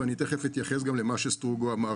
ואני תכף אתייחס גם למה שסטרוגו אמר